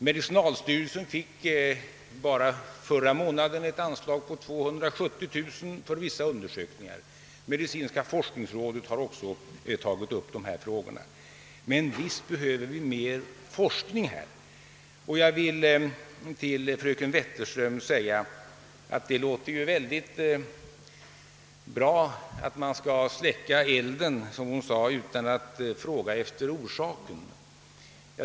Medicinalstyrelsen fick enbart under förra månaden ett anslag på 270 000 kronor för vissa undersökning ar. Medicinska forskningsrådet har också tagit upp dessa problem. Men visst behöver vi mer forskning i dessa sammanhang. Till fröken Wetterström vill jag säga att det låter väldigt bra att man skall — som hon uttryckte sig — släcka elden utan att fråga efter orsaken.